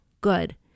good